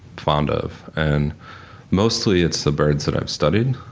fond of and mostly it's the birds that i've studied,